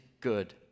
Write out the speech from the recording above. good